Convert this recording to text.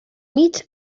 mig